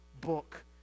book